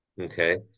okay